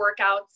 workouts